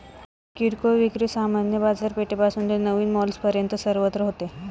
किरकोळ विक्री सामान्य बाजारपेठेपासून ते नवीन मॉल्सपर्यंत सर्वत्र होते